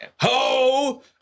Ho